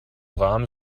rahm